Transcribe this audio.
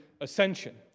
ascension